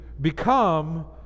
become